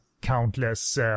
countless